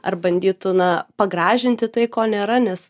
ar bandytų na pagražinti tai ko nėra nes